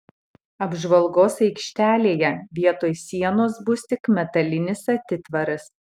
apžvalgos aikštelėje vietoj sienos bus tik metalinis atitvaras